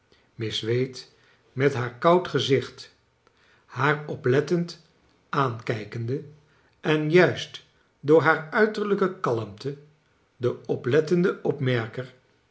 miss wade met haar koud gezicht haar oplettend aankijkende en juist door haar uiterlijke kalmte den oplettenden opmerker